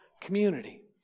community